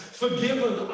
forgiven